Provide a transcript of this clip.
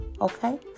Okay